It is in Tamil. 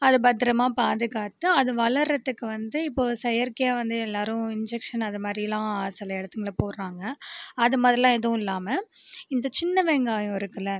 அது பத்திரமா பாதுகாத்து அது வளர்றதுக்கு வந்து இப்போது செயற்கையாக வந்து எல்லோரும் இன்ஜெக்சன் அதுமாதிரி எல்லாம் சில இடத்துங்களில் போடுறாங்க அது மாதிரியெலாம் எதுவும் இல்லாமல் இந்த சின்ன வெங்காயம் இருக்குதுல்ல